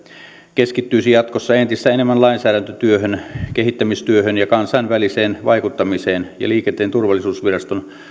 keskittyisi jatkossa entistä enemmän lainsäädäntötyöhön kehittämistyöhön ja kansainväliseen vaikuttamiseen ja liikenteen turvallisuusviraston